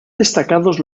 destacados